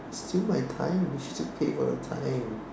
steal my time they should still pay for the time